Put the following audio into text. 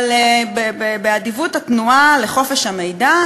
באדיבות התנועה לחופש המידע,